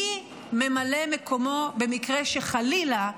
מי ממלא מקומו במקרה שחלילה,